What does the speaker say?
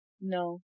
No